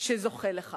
שזוכה בזה.